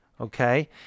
okay